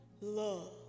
love